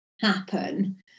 happen